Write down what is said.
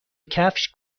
کفش